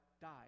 died